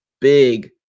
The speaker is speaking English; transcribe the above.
big